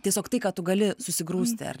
tiesiog tai ką tu gali susigrūsti ar